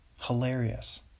hilarious